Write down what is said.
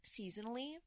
seasonally